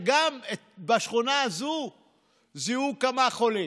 שגם בשכונה הזאת זיהו כמה חולים.